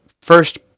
first